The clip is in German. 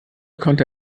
konnte